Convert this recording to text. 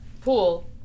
pool